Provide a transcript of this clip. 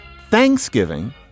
Thanksgiving